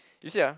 you see ah